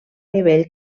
nivell